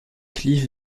cliff